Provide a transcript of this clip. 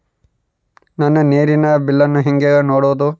ನನ್ನ ನೇರಿನ ಬಿಲ್ಲನ್ನು ಹೆಂಗ ನೋಡದು?